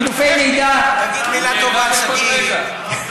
חילופי מידע, תגיד מילה טובה, גפני.